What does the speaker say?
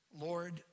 Lord